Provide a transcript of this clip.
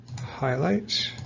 Highlight